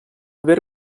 aver